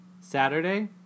Saturday